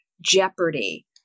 Jeopardy